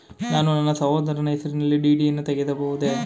ನಾನು ನನ್ನ ಸಹೋದರನ ಹೆಸರಿನಲ್ಲಿ ಡಿ.ಡಿ ಯನ್ನು ತೆಗೆಯಬಹುದೇ?